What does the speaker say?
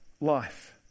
life